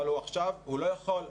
אבל עכשיו הוא לא יכול,